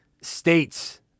states